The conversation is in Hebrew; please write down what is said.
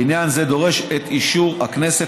עניין זה דורש את אישור הכנסת,